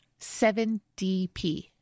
7DP